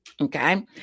Okay